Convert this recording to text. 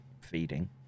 feeding